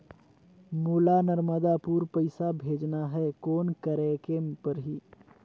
मोला नर्मदापुर पइसा भेजना हैं, कौन करेके परही?